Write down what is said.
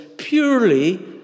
Purely